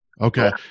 Okay